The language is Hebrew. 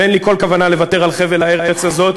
ואין לי כל כוונה לוותר על חבל הארץ הזה,